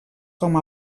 com